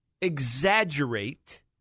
exaggerate